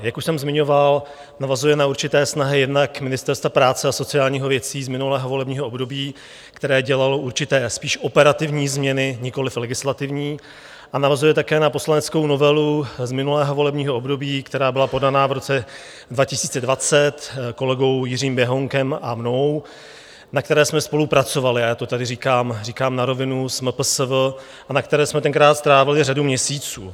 Jak už jsem zmiňoval, navazuje na určité snahy jednak Ministerstva práce a sociálních věcí z minulého volebního období, které dělalo určité spíš operativní změny, nikoliv legislativní, a navazuje také na poslaneckou novelu z minulého volebního období, která byla podaná v roce 2020 kolegou Jiřím Běhounkem a mnou, na které jsme spolupracovali, a já to tady říkám na rovinu, s MPSV a na které jsme tenkrát strávili řadu měsíců.